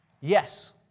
Yes